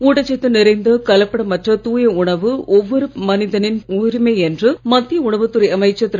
ஊட்டச்சத்து நிறைந்த கலப்படமற்ற தூய உணவு ஒவ்வொரு மனிதனின் உரிமை என்று மத்திய உணவுத்துறை அமைச்சர் திரு